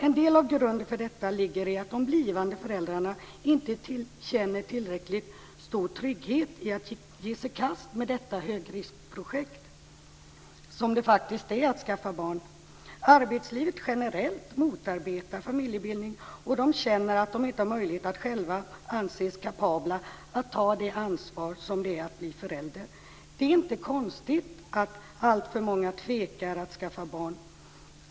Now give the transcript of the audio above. En del av grunden till detta ligger i att de blivande föräldrarna inte känner tillräckligt stor trygghet i att ge sig i kast med det högriskprojekt som det faktiskt är att skaffa barn. Arbetslivet generellt motarbetar familjebildning, och de känner att de inte själva anses kapabla att ta det ansvar som det är att bli förälder. Det är inte konstigt att alltför många tvekar att skaffa barn.